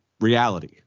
reality